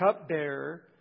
cupbearer